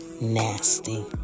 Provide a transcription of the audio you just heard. nasty